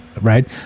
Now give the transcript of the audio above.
right